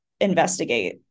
investigate